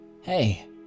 hey